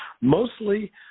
Mostly